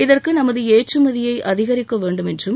இதற்கு நமது ஏற்றுமதியை அதிகரிக்க வேண்டும் என்றும்